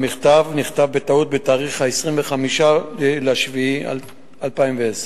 במכתב נכתב בטעות 25 ביולי 2010,